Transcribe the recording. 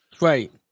Right